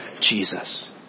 Jesus